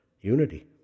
unity